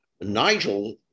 Nigel